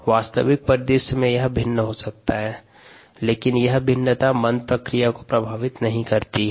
वास्तविक परिदृश्य में यह भिन्न हो सकता है लेकिन यह भिन्नता मंद प्रक्रिया को प्रभावित नहीं करती है